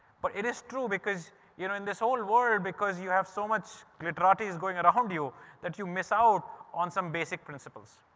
but it is true, because you know in this whole world, because you have so much glitterati is going around you that you miss out on some basic principles.